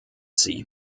sie